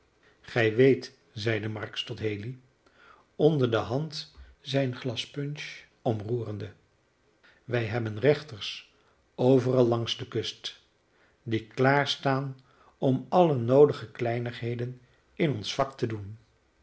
gij weet zeide marks tot haley onder de hand zijn glas punch omroerende wij hebben rechters overal langs de kust die klaar staan om alle noodige kleinigheden in ons vak te doen